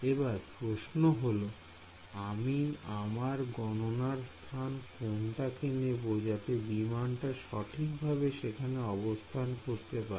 এবার প্রশ্ন হল তাহলে আমি আমার গণনার স্থান কোনটাকে নেব যাতে বিমানটি সঠিকভাবে সেখানে অবস্থান করতে পারে